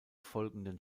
folgenden